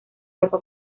ropa